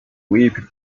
whip